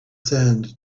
sand